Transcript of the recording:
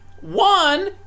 one